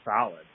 solid